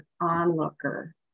onlooker